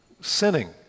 sinning